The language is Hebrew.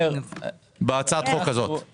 בהצעת החוק הזו.